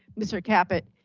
mr. caput,